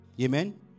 Amen